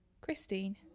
Christine